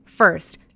First